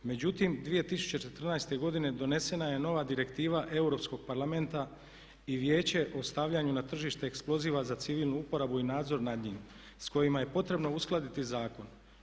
Međutim, 2014.godine donesena je nova Direktiva Europskog parlamenta i Vijeće o stavljanju na tržište eksploziva za civilnu uporabu i nadzor nad njim s kojima je potrebno uskladiti zakon.